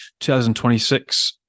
2026